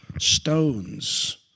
stones